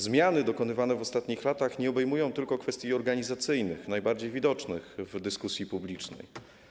Zmiany dokonywane w ostatnich latach nie obejmują tylko kwestii organizacyjnych, najbardziej widocznych w dyskusji publicznej.